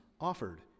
offered